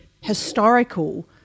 historical